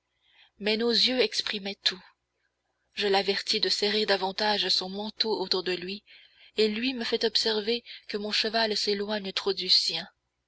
mais nos yeux exprimaient tout je l'avertis de serrer davantage son manteau autour de lui et lui me fait observer que mon cheval s'éloigne trop du sien